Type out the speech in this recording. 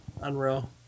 Unreal